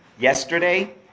Yesterday